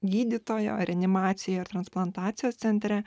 gydytojo reanimacijoj ir transplantacijos centre